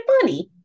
funny